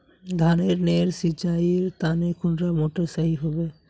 धानेर नेर सिंचाईर तने कुंडा मोटर सही होबे?